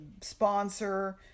sponsor